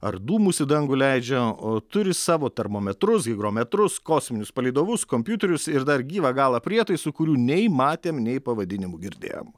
ar dūmus į dangų leidžia o turi savo termometrus higrometrus kosminius palydovus kompiuterius ir dar gyvą galą prietaisų kurių nei matėm nei pavadinimų girdėjom